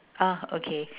ah okay